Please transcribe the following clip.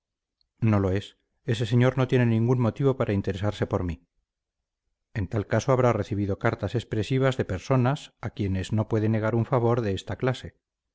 no lo es ese señor no tiene ningún motivo para interesarse por mí en tal caso habrá recibido cartas expresivas de personas a quienes no puede negar un favor de esta clase